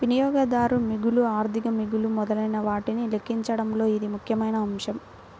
వినియోగదారు మిగులు, ఆర్థిక మిగులు మొదలైనవాటిని లెక్కించడంలో ఇది ముఖ్యమైన అంశం